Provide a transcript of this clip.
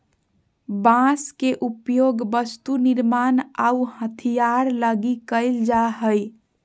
बांस के उपयोग वस्तु निर्मान आऊ हथियार लगी कईल जा हइ